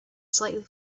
slightly